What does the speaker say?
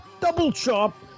double-chop